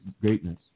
greatness